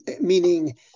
meaning